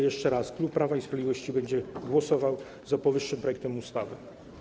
Jeszcze raz: klub Prawa i Sprawiedliwości będzie głosował za powyższym projektem ustawy.